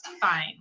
fine